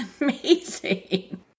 amazing